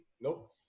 Nope